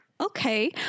Okay